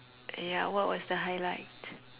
ya what was the highlight